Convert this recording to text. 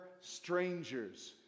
strangers